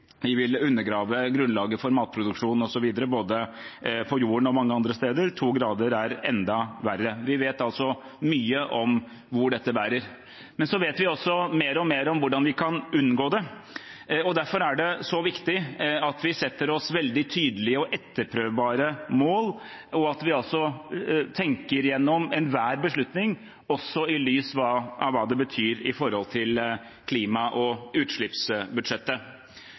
vi vil undergrave grunnlaget for matproduksjon mange steder på jorden osv. To grader er enda verre. Vi vet altså mye om hvor dette bærer. Vi vet også mer og mer om hvordan vi kan unngå det. Derfor er det så viktig at vi setter oss veldig tydelige og etterprøvbare mål, og at vi tenker gjennom enhver beslutning også i lys av hva det betyr for klima- og utslippsbudsjettet. Vi hadde forventet at det i dette budsjettet fra regjeringen kom en oversikt over klimautslippene og